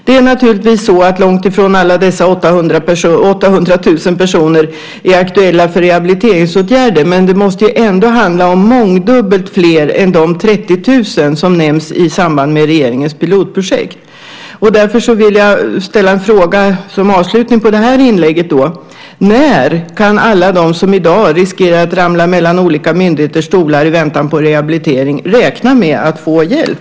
Det är naturligtvis långtifrån alla dessa nästan 800 000 personer som är aktuella för rehabiliteringsåtgärder, men det måste ändå handla om mångdubbelt fler än de 30 000 som nämns i samband med regeringens pilotprojekt. Därför vill jag ställa en fråga som avslutning på det här inlägget: När kan alla de som i dag riskerar att ramla mellan olika myndigheters stolar i väntan på rehabilitering räkna med att få hjälp?